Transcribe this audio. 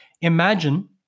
Imagine